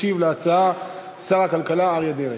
מס' 750. ישיב על ההצעה שר הכלכלה אריה דרעי.